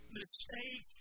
mistake